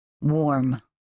Warm